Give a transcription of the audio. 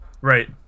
right